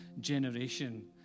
generation